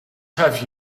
have